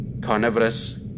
Carnivorous